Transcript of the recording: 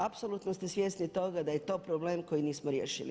Apsolutno ste svjesni toga da je to problem koji nismo riješili.